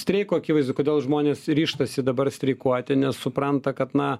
streiko akivaizdu kodėl žmonės ryžtasi dabar streikuoti nes supranta kad na